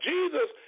Jesus